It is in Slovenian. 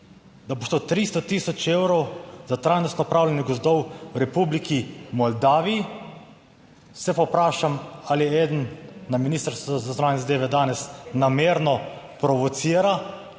da bo šlo 300 tisoč evrov za trajnostno upravljanje gozdov v Republiki Moldaviji, se pa vprašam ali eden na Ministrstvu za zunanje zadeve danes namerno provocira,